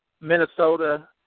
Minnesota